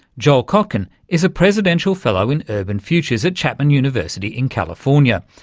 joel kotkin is a presidential fellow in urban futures at chapman university in california,